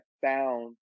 found